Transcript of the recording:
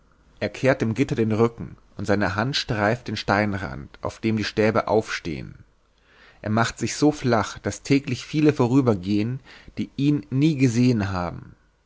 er kehrt dem gitter den rücken und seine hand streift den steinrand auf dem die stäbe aufstehen er macht sich so flach daß täglich viele vorübergehen die ihn nie gesehen haben